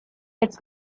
its